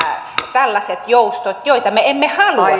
tällaiset joustot joita me emme halua